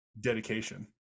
dedication